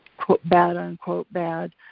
quote bad unquote, bad